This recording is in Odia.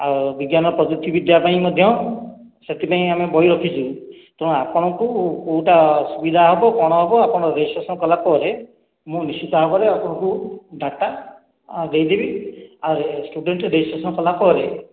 ଆଉ ବିଜ୍ଞାନ ପ୍ରଯୁକ୍ତିବିଦ୍ୟା ପାଇଁ ମଧ୍ୟ ସେଥିପାଇଁ ଆମେ ବହି ରଖିଛୁ ତେଣୁ ଆପଣ ଙ୍କୁ କେଉଁଟା ସୁବିଧା ହେବ କଣ ହେବ ଆପଣ ରେଜିଷ୍ଟ୍ରେସନ କଲାପରେ ମୁଁ ନିଶ୍ଚିତ ଭାବରେ ଆପଣଙ୍କୁ ଡ଼ାଟା ଦେଇଦେବି ଆଉ ଷ୍ଟୁଡେଣ୍ଟ ରେଜିଷ୍ଟ୍ରେସନ କଲାପରେ